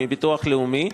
מביטוח לאומי,